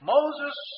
Moses